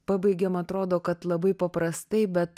pabaigėm atrodo kad labai paprastai bet